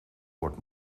wordt